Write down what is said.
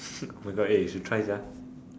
oh my god eh you should try sia